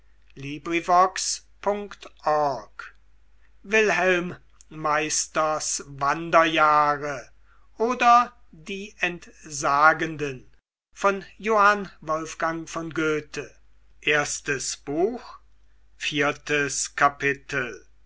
wilhelm meisters wanderjahre oder die entsagenden